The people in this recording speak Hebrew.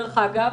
דרך אגב,